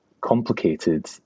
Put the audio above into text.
complicated